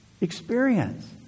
experience